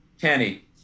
Kenny